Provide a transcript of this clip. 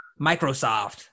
Microsoft